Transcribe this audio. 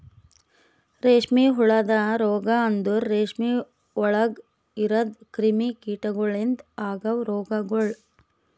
ರೇಷ್ಮೆ ಹುಳದ ರೋಗ ಅಂದುರ್ ರೇಷ್ಮೆ ಒಳಗ್ ಇರದ್ ಕ್ರಿಮಿ ಕೀಟಗೊಳಿಂದ್ ಅಗವ್ ರೋಗಗೊಳ್